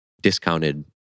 discounted